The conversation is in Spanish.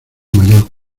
mayor